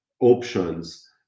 options